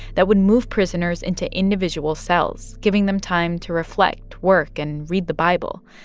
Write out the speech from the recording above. that would move prisoners into individual cells, giving them time to reflect, work and read the bible.